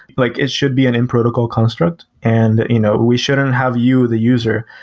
like it should be an in protocol construct, and you know we shouldn't have you, the user,